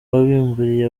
wabimburiye